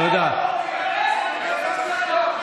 תודה רבה.